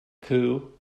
coup